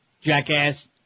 jackass